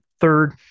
third